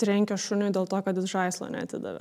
trenkė šuniui dėl to kad jis žaislo neatidavė